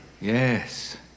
Yes